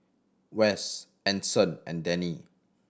Wess Anson and Dennie